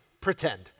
pretend